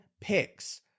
picks